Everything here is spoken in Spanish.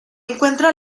encuentra